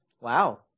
Wow